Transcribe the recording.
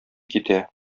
китә